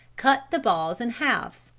cut the balls in halves,